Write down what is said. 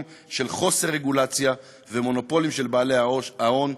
של חוסר רגולציה ומונופולים של בעלי ההון,